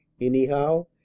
anyhow